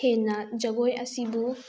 ꯍꯦꯟꯅ ꯖꯒꯣꯏ ꯑꯁꯤꯕꯨ